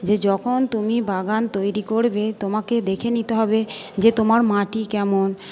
যে যখন তুমি বাগান তৈরি করবে তোমাকে দেখে নিতে হবে যে তোমার মাটি কেমন